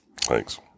thanks